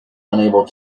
unable